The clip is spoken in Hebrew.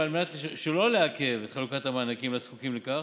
ועל מנת שלא לעכב את חלוקת המענקים לזקוקים לכך,